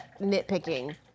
nitpicking